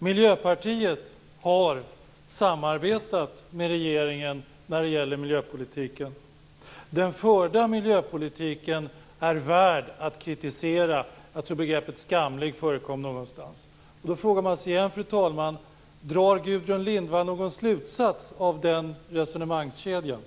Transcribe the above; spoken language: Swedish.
Miljöpartiet har samarbetat med regeringen när det gäller miljöpolitiken. Den förda miljöpolitiken är värd att kritisera - jag tror att begreppet skamlig förekom någonstans. Fru talman! Då frågar man sig igen: Drar Gudrun Lindvall någon slutsats av den resonemangskedjan?